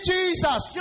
Jesus